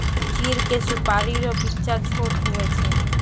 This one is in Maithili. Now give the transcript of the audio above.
चीड़ के सुपाड़ी रो बिच्चा छोट हुवै छै